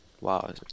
wow